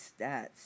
stats